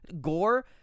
Gore